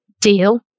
deal